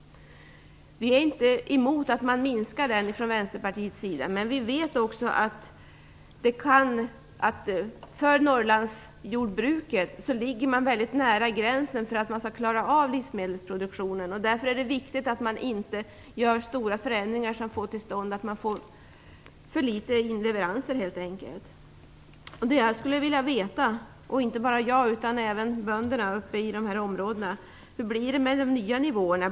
Från Vänsterpartiets sida är vi inte emot att man minskar den, men vi vet också att Norrlandsjordbruket ligger mycket nära gränsen för att kunna klara av livsmedelsproduktionen. Därför är det viktigt att man inte genomför stora förändringar som leder till att man får för få inleveranser. Jag och bönderna i de berörda områdena vill veta hur det blir med de nya nivåerna.